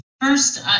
First